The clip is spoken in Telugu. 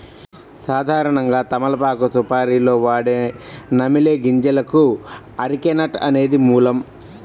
సాధారణంగా తమలపాకు సుపారీలో వాడే నమిలే గింజలకు అరెక నట్ అనేది మూలం